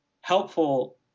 helpful